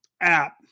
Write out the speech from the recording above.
app